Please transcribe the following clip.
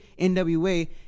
NWA